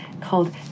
called